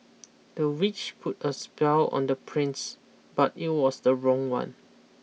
the witch put a spell on the prince but it was the wrong one